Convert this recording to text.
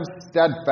steadfast